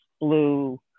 blue